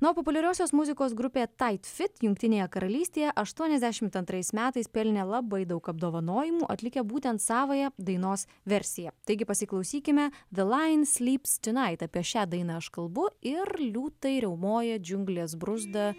na o populiariosios muzikos grupė tait fit jungtinėje karalystėje aštuoniasdešimt antrais metais pelnė labai daug apdovanojimų atlikę būtent savąją dainos versiją taigi pasiklausykime de laien slyps tiunait apie šią dainą aš kalbu ir liūtai riaumoja džiunglės bruzda